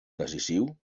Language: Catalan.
decisiu